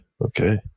Okay